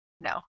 No